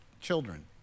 children